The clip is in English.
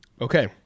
Okay